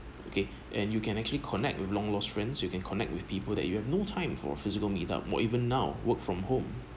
okay and you can actually connect with long lost friends you can connect with people that you have no time for physical meet up more even now work from home